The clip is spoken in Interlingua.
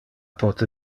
pote